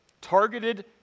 targeted